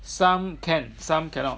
some can some cannot